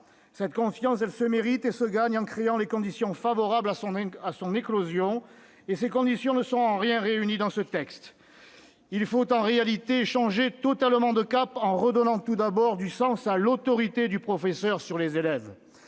Cette confiance, elle se mérite et se gagne en créant les conditions favorables à son éclosion, et ces conditions ne sont en rien réunies dans ce texte. Il faut en réalité changer totalement de cap, en redonnant du sens à l'autorité du professeur sur les élèves.